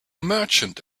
merchant